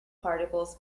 particles